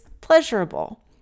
pleasurable